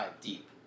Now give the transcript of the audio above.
deep